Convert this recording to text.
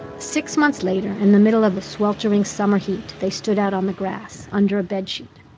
six months later, in the middle of the sweltering summer heat, they stood out on the grass, under a bedsheet.